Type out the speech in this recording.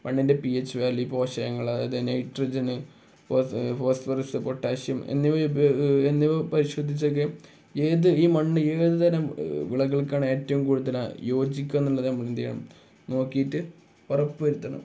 മണ്ണിൻ്റെ P H value പോഷകങ്ങൾ അതായത് നൈട്രജന് ഫോസ്ഫറസ് പൊട്ടാഷ്യം എന്നിവ പരിശോധിച്ചൊക്കെ ഏത് ഈ മണ്ണ് ഏത് തരം വിളകൾക്കാണ് ഏറ്റവും കൂടുതൽ യോജിക്കുക എന്നുള്ളത് നമ്മൾ എന്തു ചെയ്യണം നോക്കിയിട്ട് ഉറപ്പ് വരുത്തണം